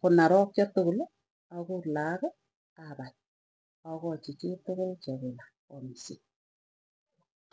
Konarokchio tukuli akur laakiapai akachi chitukul chekula oamishe.